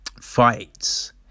fights